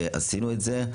עשינו את זה.